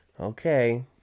Okay